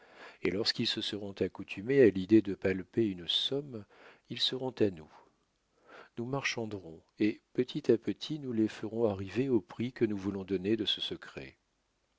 et lorsqu'ils se seront accoutumés à l'idée de palper une somme ils seront à nous nous marchanderons et petit à petit nous les ferons arriver au prix que nous voulons donner de ce secret